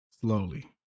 Slowly